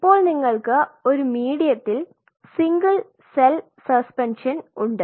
ഇപ്പോൾ നിങ്ങൾക്ക് ഒരു മീഡിയത്തിൽ സിംഗിൾ സെൽ സസ്പെൻഷൻ ഉണ്ട്